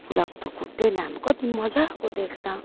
बकुल्लाको त खुट्टै लामो कति मजाको देख्छ